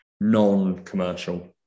non-commercial